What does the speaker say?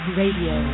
radio